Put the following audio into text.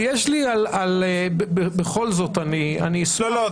יש לי, בכל זאת, אני אשמח --- לא, לא.